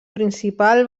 principal